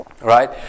right